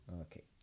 okay